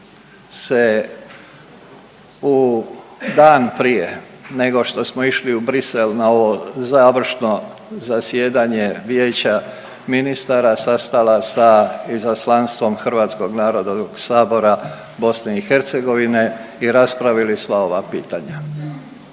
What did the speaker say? se u dan prije nego što smo išli u Bruxelles na ovo završno zasjedanje Vijeća ministara sastala sa izaslanstvom Hrvatskog narodnog sabora BiH i raspravili sve ova pitanja.